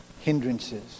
hindrances